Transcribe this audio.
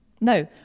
No